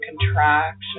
contraction